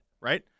right